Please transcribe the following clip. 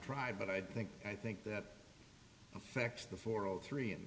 tried but i think i think that affects the four zero three and